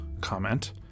comment